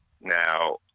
Now